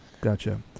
gotcha